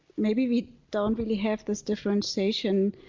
maybe we don't really have this differentiation